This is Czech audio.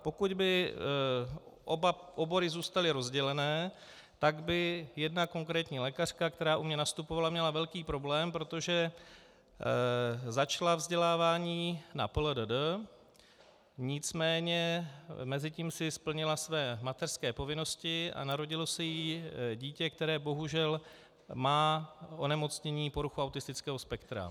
Pokud by oba obory zůstaly rozdělené, tak by jedna konkrétní lékařka, která u mě nastupovala, měla velký problém, protože začala vzdělávání na PLDD, nicméně mezitím splnila své mateřské povinnosti a narodilo se jí dítě, které bohužel má onemocnění porucha autistického spektra.